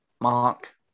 Mark